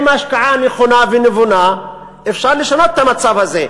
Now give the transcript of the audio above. עם השקעה נכונה ונבונה אפשר לשנות את המצב הזה.